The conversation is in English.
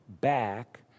back